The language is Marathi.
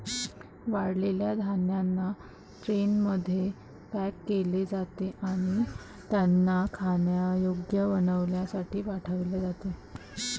वाळलेल्या धान्यांना ट्रेनमध्ये पॅक केले जाते आणि त्यांना खाण्यायोग्य बनविण्यासाठी पाठविले जाते